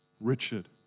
Richard